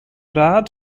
rat